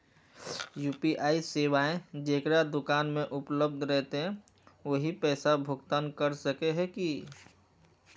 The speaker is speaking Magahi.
यु.पी.आई सेवाएं जेकरा दुकान में उपलब्ध रहते वही पैसा भुगतान कर सके है की?